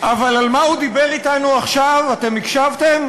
אבל על מה הוא דיבר אתנו עכשיו, אתם הקשבתם?